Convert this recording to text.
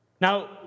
Now